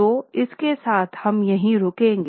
तो इसके साथ हम यही रुकेंगे